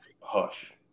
hush